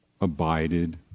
abided